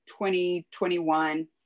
2021